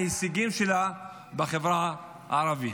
אלה ההישגים שלה בחברה הערבית.